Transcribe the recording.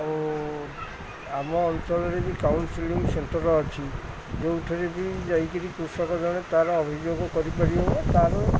ଆଉ ଆମ ଅଞ୍ଚଳରେ ବି କାଉନ୍ସିଲିଂ ସେଣ୍ଟର ଅଛି ଯେଉଁଥିରେ ବି ଯାଇକିରି କୃଷକ ଜଣେ ତାର ଅଭିଯୋଗ କରିପାରିବ ବା ତାର